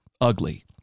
ugly